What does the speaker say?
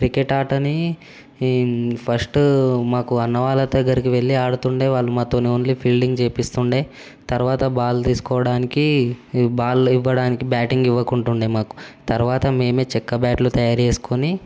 cricket ఆటని first మాకు అన్నవాళ్ళ దగ్గరికి వెళ్లి ఆడుతుండే వాళ్ళు మాతోన్ ఓన్లీ ఫిల్లింగ్ చేపిస్తుండే తర్వాత బాల్ తీసుకోడానికి బాలు ఇవ్వడానికి బ్యాటింగ్ ఇవ్వకుంటుండే మాకు తర్వాత మేమే చెక్క బ్యాట్లు తయారు చేసుకుని